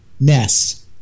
ness